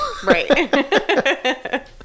right